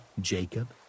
Jacob